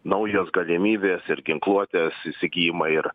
naujos galimybės ir ginkluotės įsigijimai ir